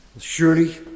Surely